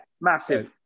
massive